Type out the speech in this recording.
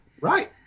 Right